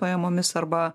pajamomis arba